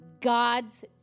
God's